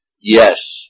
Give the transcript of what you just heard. Yes